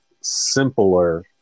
simpler